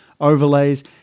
overlays